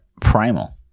primal